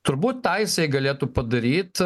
turbūt tą jisai galėtų padaryt